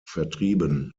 vertrieben